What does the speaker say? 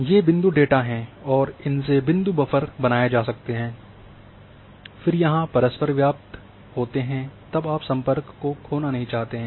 ये बिंदु डेटा हैं और इनसे बिंदु बफ़र बनाए जा सकते हैं और फिर यहाँ परस्पर व्यापार होते हैं तब आप सम्पर्क को खोना नहीं चाहते हैं